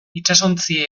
itsasontzi